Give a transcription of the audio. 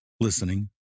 listening